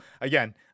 again